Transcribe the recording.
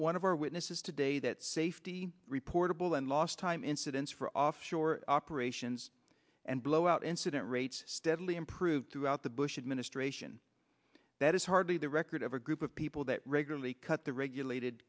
one of our witnesses today that safety reportable and last time incidents for offshore operations and blowout incident rates steadily improved throughout the bush administration that is hardly the record of a group of people that regularly cut the regulated